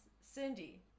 Cindy